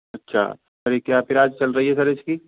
अच्छा सर ये क्या पिराज चल रही है सर इसकी